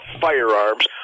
firearms